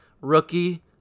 rookie